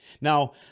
Now